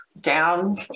down